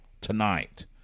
tonight